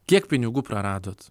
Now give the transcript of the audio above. kiek pinigų praradot